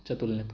च्या तुलनेत